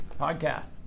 Podcast